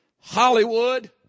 Hollywood